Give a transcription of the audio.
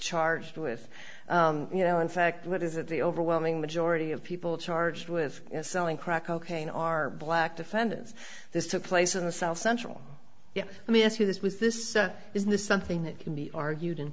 charged with you know in fact what is it the overwhelming majority of people charged with selling crack cocaine are black defendants this took place in the south central yeah i mean ask you this was this is this something that can be argued